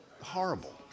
horrible